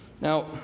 Now